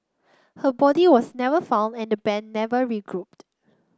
her body was never found and the band never regrouped